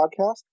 Podcast